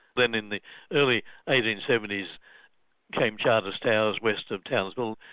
then in the early eighteen seventy s came charters towers, west of townsville,